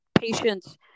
patients